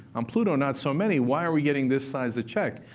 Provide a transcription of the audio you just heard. on pluto, not so many. why are we getting this size a check?